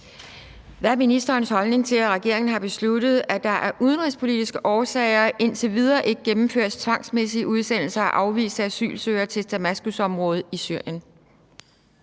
Hvad er ministerens holdning til, at regeringen har besluttet, at der af udenrigspolitiske årsager indtil videre ikke gennemføres tvangsmæssige udsendelser af afviste asylansøgere til Damaskusområdet i Syrien?